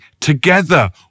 together